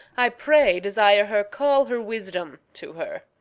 i pray desire her call her wisdom to her.